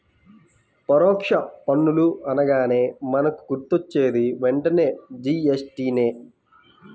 పరోక్ష పన్నులు అనగానే మనకు గుర్తొచ్చేది వెంటనే జీ.ఎస్.టి నే